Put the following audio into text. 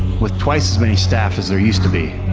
with twice as many staff as there used to be.